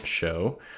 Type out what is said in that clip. show